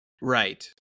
Right